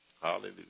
Hallelujah